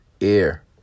air